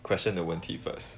question the 问题 first